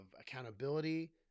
accountability